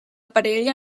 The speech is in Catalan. parella